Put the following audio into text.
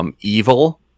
Evil